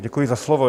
Děkuji za slovo.